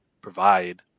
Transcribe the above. provide